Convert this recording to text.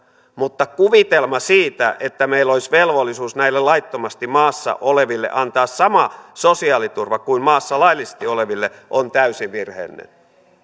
mutta kuvitelma siitä että meillä olisi velvollisuus näille laittomasti maassa oleville antaa sama sosiaaliturva kuin maassa laillisesti oleville on täysin virheellinen